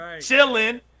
chilling